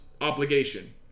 obligation